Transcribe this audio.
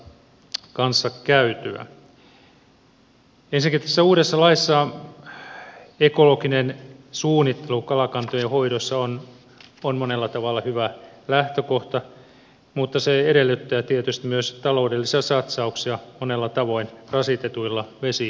ensinnäkin tässä uudessa laissa ekologinen suunnittelu kalakantojen hoidossa on monella tavalla hyvä lähtökohta mutta se edellyttää tietysti myös taloudellisia satsauksia monella tavoin rasitetuilla vesialueilla